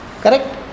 Correct